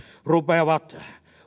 rupeavat